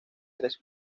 tres